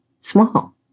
small